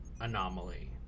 anomaly